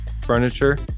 furniture